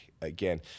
again